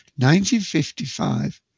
1955